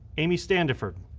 amy standiford,